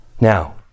Now